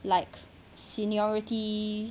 like seniority